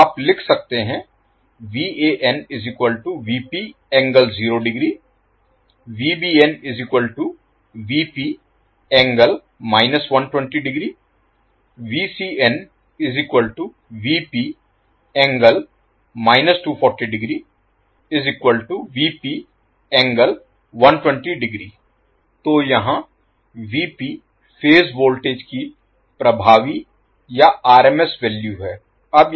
तो आप लिख सकते हैं तो यहां फेज वोल्टेज की प्रभावी या आरएमएस वैल्यू है